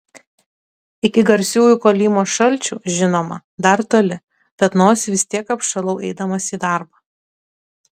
iki garsiųjų kolymos šalčių žinoma dar toli bet nosį vis tiek apšalau eidamas į darbą